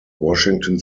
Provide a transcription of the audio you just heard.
washington